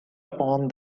upon